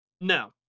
No